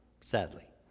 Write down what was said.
sadly